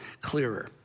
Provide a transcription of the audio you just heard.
clearer